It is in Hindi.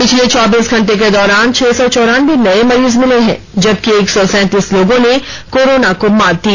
पिछले चौबीस घंटे के दौरान छह सौ चौरान्बे नए मरीज मिले हैं जबकि एक सौ सैंतीस लोगों ने कोरोना को मात दी